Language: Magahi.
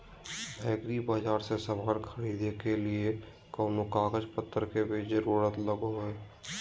एग्रीबाजार से समान खरीदे के लिए कोनो कागज पतर के भी जरूरत लगो है?